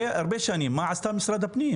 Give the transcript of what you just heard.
הרי הרבה שנים מה עשה משרד הפנים?